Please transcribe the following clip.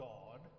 God